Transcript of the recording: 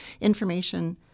information